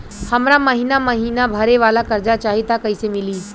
हमरा महिना महीना भरे वाला कर्जा चाही त कईसे मिली?